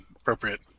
appropriate